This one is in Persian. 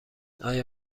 آیا